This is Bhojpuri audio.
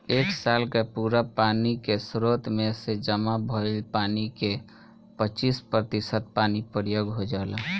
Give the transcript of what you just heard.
एक साल के पूरा पानी के स्रोत में से जामा भईल पानी के पच्चीस प्रतिशत पानी प्रयोग हो जाला